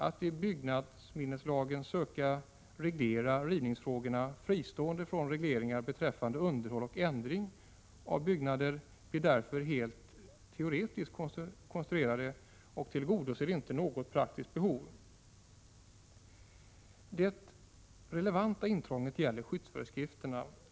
Att i byggnadsminneslagen söka reglera rivningsfrågorna fristående från regleringar beträffande underhåll och ändring av byggnader blir därför en helt teoretisk konstruktion och tillgodoser inte något praktiskt behov. Det relevanta intrånget gäller skyddsföreskrifterna.